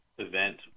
event